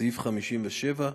סעיף 57,